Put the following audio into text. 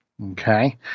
Okay